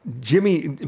Jimmy